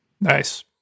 Nice